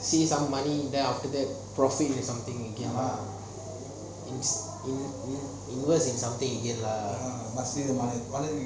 see some money then after that profit or something work as something